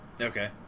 Okay